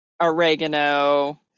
oregano